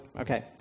Okay